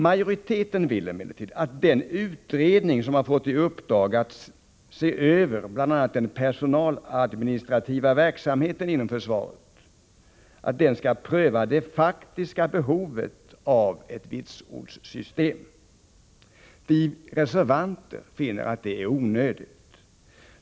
Majoriteten vill emellertid att den utredning som fått i uppdrag att se över bl.a. den personaladministrativa verksamheten inom försvaret skall pröva det faktiska behovet av ett vitsordssystem. Vi reservanter finner detta onödigt.